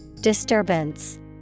Disturbance